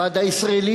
הוועד הישראלי